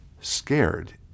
Scared